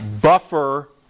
buffer